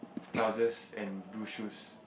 trousers and blue shoe